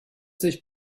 sich